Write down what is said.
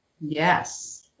Yes